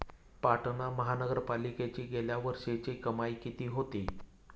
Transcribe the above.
पाटणा महानगरपालिकेची गेल्या वर्षीची कमाई किती होती?